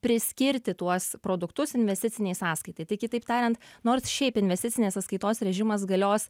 priskirti tuos produktus investicinei sąskaitai tai kitaip tariant nors šiaip investicinės sąskaitos režimas galios